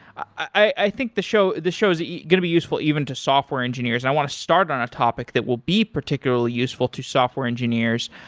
i think the show the show is going to be useful even to software engineers, and i want to start on a topic that will be particularly useful to software engineers,